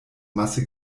masse